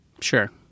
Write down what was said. Sure